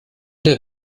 der